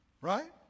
Right